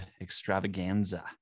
extravaganza